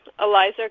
Eliza